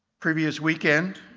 previous weekend,